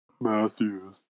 Matthews